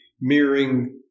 mirroring